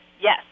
Yes